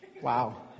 wow